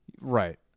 Right